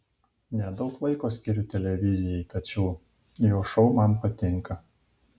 nedaug laiko skiriu televizijai tačiau jo šou man patinka